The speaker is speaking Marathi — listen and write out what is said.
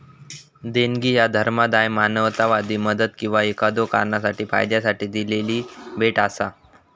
देणगी ह्या धर्मादाय, मानवतावादी मदत किंवा एखाद्यो कारणासाठी फायद्यासाठी दिलेली भेट असा